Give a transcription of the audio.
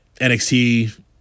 NXT